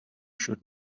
should